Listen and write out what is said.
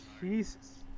Jesus